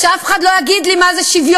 אז שאף אחד לא יגיד לי מה זה שוויון,